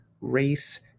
race